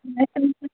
ଆ